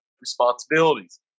responsibilities